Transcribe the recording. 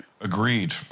Agreed